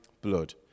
blood